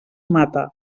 mata